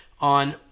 on